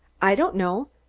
i don't know.